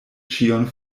ĉion